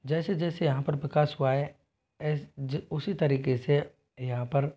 जैसे जैसे यहाँ पर विकास हुआ है उसी तरीक़े से यहाँ पर